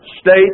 state